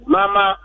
Mama